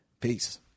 Peace